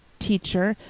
teacher,